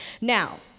Now